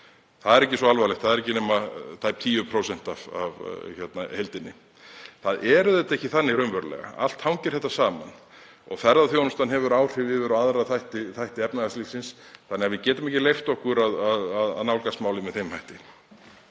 það er ekki svo alvarlegt, það eru ekki nema tæp 10% af heildinni. Það er auðvitað ekki þannig raunverulega. Allt hangir þetta saman og ferðaþjónustan hefur áhrif á aðra þætti efnahagslífsins þannig að við getum ekki leyft okkur að nálgast málið með þeim hætti.